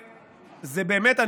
זה באמת,